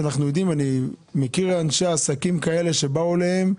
אני מכיר אנשי עסקים שבאו אליהם,